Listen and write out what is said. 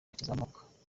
bakizamuka